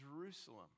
Jerusalem